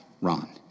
Ron